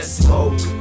smoke